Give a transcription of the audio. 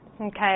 Okay